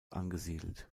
angesiedelt